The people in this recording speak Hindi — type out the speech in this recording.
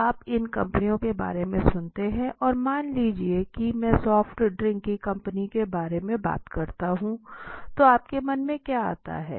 जब आप इन कंपनियों के बारे में सुनाते है और मान लीजिए कि मैं सॉफ्ट ड्रिंक की कंपनी के बारे में बात करता हूँ तो आपके मन मे क्या आता है